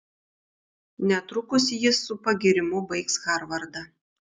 netrukus jis su pagyrimu baigs harvardą